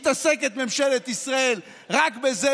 מתעסקת ממשלת ישראל רק בזה.